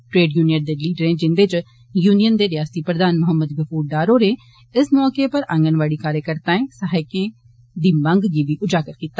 trade union दे लीडरे जिन्दे च यूनियन दे रियासती प्रधान मोहम्मद गफूर डार होरें इस मौके उप्पर आंगनवाड़ी कार्यकर्ताएं सहायकें दी मंगै गी बी उजागर कीता